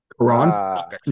Quran